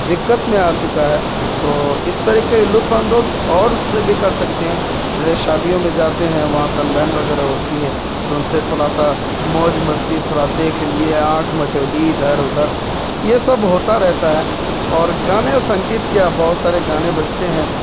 دقت میں آ چکا ہے تو اس طریقے کے لطف اندوز اور سے بھی کر سکتے ہیں جیسے شادیوں میں جاتے ہیں وہاں سن بہن وغیرہ ہوتی ہے تو ان سے تھوڑا سا موج مستی تھوڑ دیکھ لیے آنکھ مچولی ادھر ادھر یہ سب ہوتا رہتا ہے اور گانے اور سنگیت کیا بہت سارے گانے بجتے ہیں